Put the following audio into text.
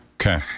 Okay